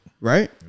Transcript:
Right